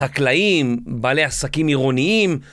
חקלאים, בעלי עסקים עירוניים